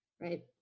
right